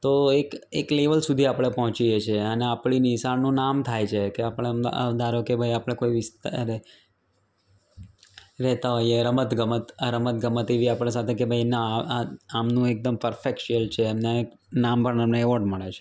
તો એક એક લેવલ સુધી આપણે પહોંચીએ છીએ અને આપણી નિશાળનું નામ થાય છે કે આપણને ધારો કે ભાઈ આપણે કોઈ એક વિસ્તાર અરે રહેતા હોઈએ રમતગમત રમતગમત એવી આપણી સાથે કે ભાઈ ના આ ના આમનું એકદમ પરફેક્ટ શેલ છે અને નામ પણ અને એવોર્ડ મળે છે